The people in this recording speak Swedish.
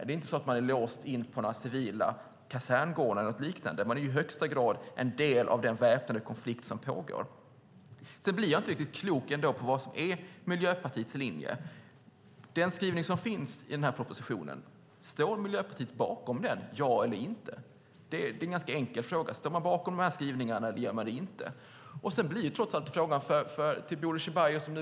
Man är inte låst på några civila kaserngårdar eller liknande. Man är i högsta grad en del av den väpnade konflikt som pågår. Jag blir ändå inte riktigt klok på vad som är Miljöpartiets linje. Står Miljöpartiet bakom den skrivning som finns i den här propositionen eller inte? Det är en ganska enkel fråga: Står man bakom den här skrivningen, eller gör man det inte? Sedan blir det trots allt en fråga till Bodil Ceballos.